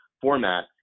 format